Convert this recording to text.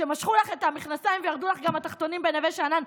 כשמשכו לך את המכנסיים וירדו לך גם התחתונים בנווה שאנן,